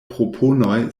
proponoj